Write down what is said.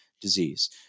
disease